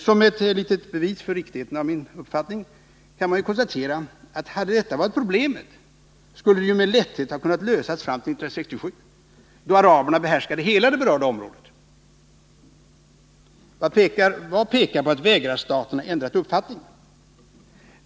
Som ett litet bevis för riktigheten av min uppfattning kan man ju konstatera att hade detta varit problemet skulle det ju med lätthet ha kunnat lösas fram till 1967, då araberna behärskade hela det berörda området. Vad pekar på att vägrarstaterna ändrat uppfattning?